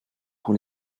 pour